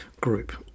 group